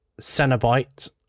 Cenobite